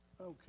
Okay